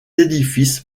édifice